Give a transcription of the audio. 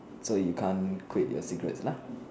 so you can't quit your cigarette lah